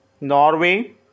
Norway